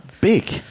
big